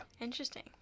interesting